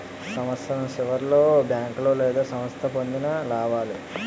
సంవత్సరం సివర్లో బేంకోలు లేదా సంస్థ పొందిన లాబాలు